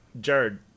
Jared